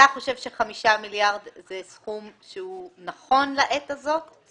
כדי שבסופו של דבר נוכל לאפשר גם